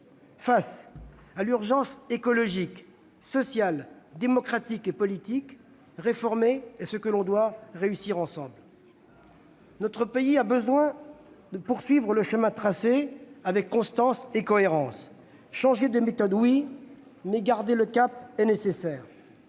Face à l'urgence écologique, sociale, démocratique et politique, réformer est ce que nous devons réussir ensemble. Notre pays a besoin de poursuivre le chemin tracé avec constance et cohérence. Changer de méthode, oui, mais garder le cap est nécessaire.